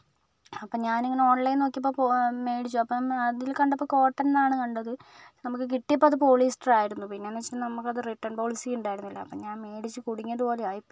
അപ്പോൾ ഞാനിങ്ങനെ ഓൺലൈൻ നോക്കിയപ്പോൾ മേടിച്ചു അപ്പം അതിൽ കണ്ടപ്പോൾ കോട്ടനാണ് കണ്ടത് നമുക്ക് കിട്ടിയപ്പോൾ അത് പോളിസ്റ്റർ ആയിരുന്നു പിന്നെയെന്ന് വെച്ചിട്ടുണ്ടെങ്കിൽ റിട്ടേൺ പോളിസി ഉണ്ടായിരുന്നില്ല അപ്പം ഞാൻ മേടിച്ച് കുടുങ്ങിയത് പോലെ ആയിപ്പോയി